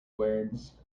words